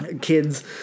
kids